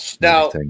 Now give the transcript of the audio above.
Now